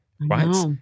right